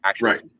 right